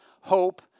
hope